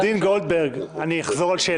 עורכת הדין גולדברג, אני אחזור על שאלתי.